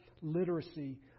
literacy